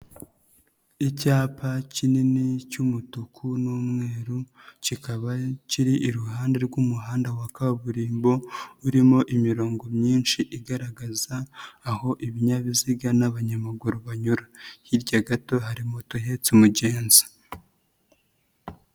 Icyapa kinini cy'umutuku n'umweru, kikaba kiri iruhande rw'umuhanda wa kaburimbo, irimo imirongo myinshi igaragaza aho ibinyabiziga n'abanyamaguru banyura. Hirya gato hari moto ihetse umugenzi.